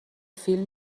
فیلم